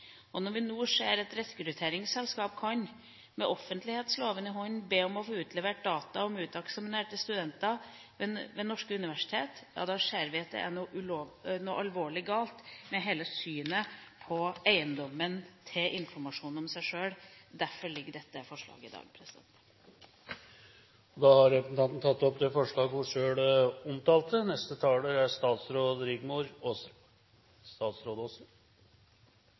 Når vi nå ser at rekrutteringsselskap med offentlighetsloven i hånd kan be om å få utlevert data om uteksaminerte studenter ved norske universiteter, er det noe alvorlig galt med hele synet på eiendomsretten til informasjonen om seg sjøl. Derfor tar jeg opp Venstres forslag. Representanten Trine Skei Grande har tatt opp det forslaget hun refererte til. Et kjennetegn ved personvernutfordringer er